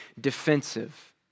defensive